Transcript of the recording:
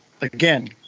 again